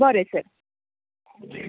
बरें सर